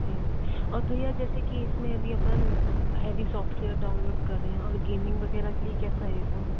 जी जी और भैया जैसे कि इसमें अभी अपन हैवी सॉफ्टवेयर डाउनलोड करें और गेमिंग वगैरह के लिए कैसा है ये फोन